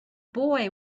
boy